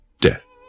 Death